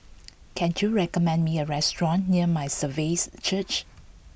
can you recommend me a restaurant near My Saviour's Church